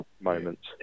moments